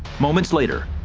moments later,